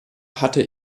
hatte